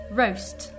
roast